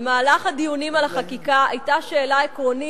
במהלך הדיונים על החקיקה עלתה שאלה עקרונית: